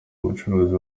umucuruzi